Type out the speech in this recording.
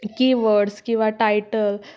की वर्ड्स किंवा टायटल